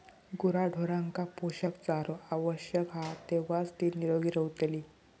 गुराढोरांका पोषक चारो आवश्यक हा तेव्हाच ती निरोगी रवतली